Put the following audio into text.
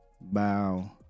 Bow